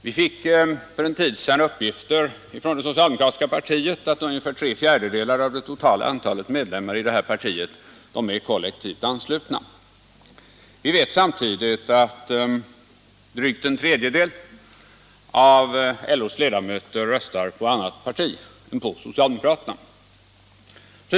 Vi fick för en tid sedan från det socialdemokratiska partiet uppgiften att ungefär tre fjärdedelar av totala antalet medlemmar i det partiet är kollektivt anslutna. Samtidigt vet vi att drygt en tredjedel av LO:s medlemmar röstar på ett annat parti än det socialdemokratiska.